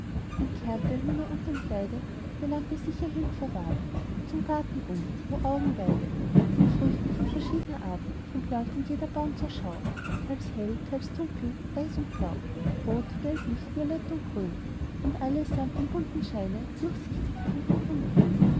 kehrte nun er unterm kleide die lampe sicher hielt verwahrt zum garten um o augenweide denn früchte von verschiedner art trug leuchtend jeder baum zur schau teils hell teils dunkel weiß und blau rot gelblich violett und grün und allesamt in buntem scheine durchsichtig wie von innrem